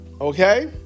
Okay